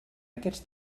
aquests